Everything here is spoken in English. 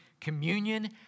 communion